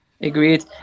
agreed